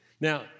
Now